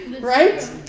right